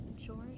George